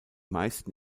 meisten